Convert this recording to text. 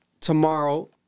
tomorrow